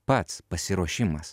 pats pasiruošimas